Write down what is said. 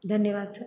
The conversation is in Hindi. धन्यवाद सर